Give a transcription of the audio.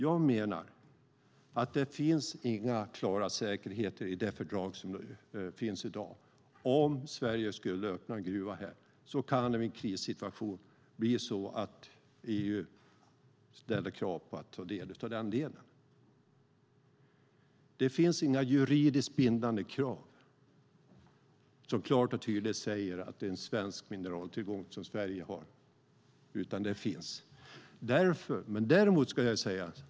Jag menar att det inte finns några klara säkerheter i det fördrag som finns i dag. Om Sverige skulle öppna en gruva kan EU vid en krissituation ställa krav på att ta del av den. Det finns inga juridiskt bindande krav som klart och tydligt säger att det är en svensk mineraltillgång, något som Sverige har.